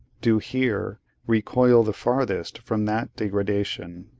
do here recoil the farthest from that degradation.